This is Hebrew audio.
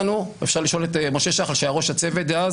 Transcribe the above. אפשר לשאול את משה שחל שהיה ראש הצוות דאז